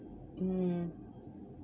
mm